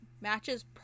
matches